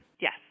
Yes